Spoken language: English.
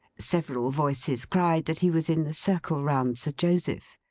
several voices cried that he was in the circle round sir joseph.